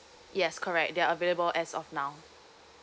yes correct there're available as of now